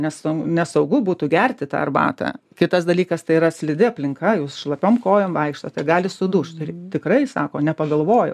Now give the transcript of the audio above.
nes nesaugu būtų gerti arbatą kitas dalykas tai yra slidi aplinka jūs šlapiom kojom vaikštote gali sudūžt ir tikrai sako nepagalvojau